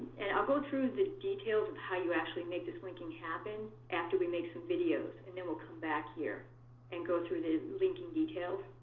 and i'll go through the details of how you actually make this linking happen after we make some videos, and then we'll come back here and go through the linking details.